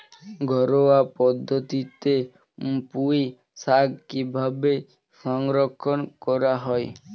ঘরোয়া পদ্ধতিতে পুই শাক কিভাবে সংরক্ষণ করা হয়?